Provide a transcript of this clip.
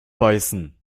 beißen